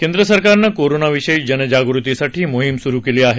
केंद्र सरकारनं कोरोनाविषयी जागृतीसाठी मोहीम सुरु केली आहे